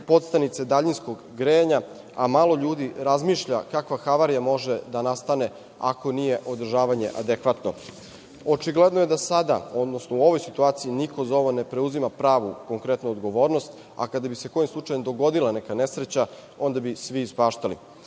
podstanice daljinskog grejanja, a malo ljudi razmišlja kakva havarija može da nastane ako nije održavanje adekvatno. Očigledno je da sada, odnosno u ovoj situaciji niko za ovo ne preuzima pravu, konkretnu odgovornost, a kada bi se kojim slučajem dogodila neka nesreća, onda bi svi ispaštali.